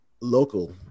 local